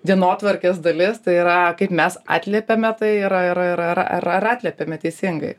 dienotvarkės dalis tai yra kaip mes atliepiame tai yra ir ir ar ar atliepiame teisingai